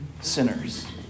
sinners